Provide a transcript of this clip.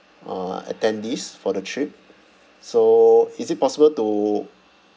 uh attendees for the trip so is it possible to